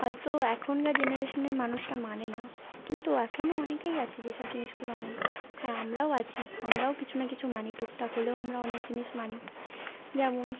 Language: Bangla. হয়তো এখনকার জেনারেশনের মানুষরা মানে না কিন্তু এখনও অনেকেই আছে যে সব জিনিসগুলো মানে হ্যাঁ আমরাও আছি আমরাও কিছু না কিছু মানি টুকটাক হলেও আমরা অনেক জিনিস মানি যেমন